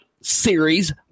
series